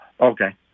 Okay